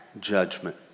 judgment